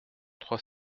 trois